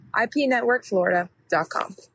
IPNetworkFlorida.com